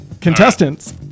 Contestants